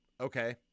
Okay